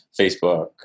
Facebook